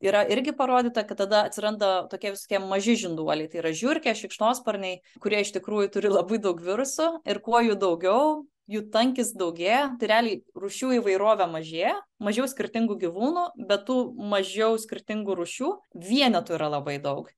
yra irgi parodyta kad tada atsiranda tokie visokie maži žinduoliai tai yra žiurkės šikšnosparniai kurie iš tikrųjų turi labai daug virusų ir kuo jų daugiau jų tankis daugėja tai realiai rūšių įvairovė mažėja mažiau skirtingų gyvūnų bet tų mažiau skirtingų rūšių vienetų yra labai daug